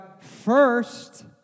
first